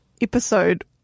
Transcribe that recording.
episode